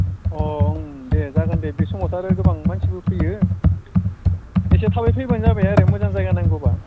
अ दे जागोन दे बे समावथ' आरो गोबां मानसिबो फैयो एसे थाबै फैब्लानो जाबाय आरो मोजां जायगा नांगौब्ला